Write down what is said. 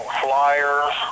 flyers